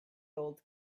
old